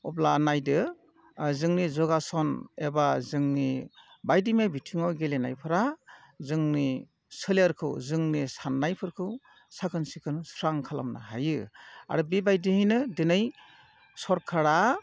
अब्ला नायदो जोंनि जगासन एबा जोंनि बायदि मैया बिथिङाव गेलेनायफोरा जोंनि सोलेरखौ जोंनि साननायफोरखौ साखोन सिखोन स्रां खालामनो हायो आरो बेबायदियैनो दिनै सरखारा